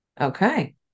Okay